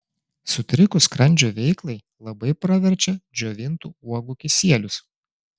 sutrikus skrandžio veiklai labai praverčia džiovintų uogų kisielius